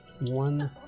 one